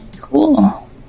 Cool